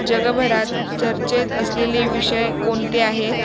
जगभरात चर्चेत असलेले विषय कोणते आहेत